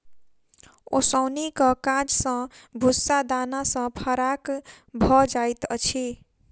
ओसौनीक काज सॅ भूस्सा दाना सॅ फराक भ जाइत अछि